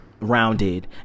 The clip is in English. Rounded